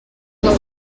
que